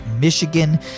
Michigan